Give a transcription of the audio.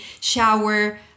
shower